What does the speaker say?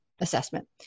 assessment